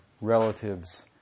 relatives